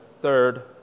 Third